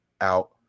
out